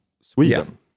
Sweden